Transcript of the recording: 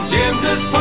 James's